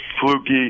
fluky